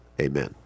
amen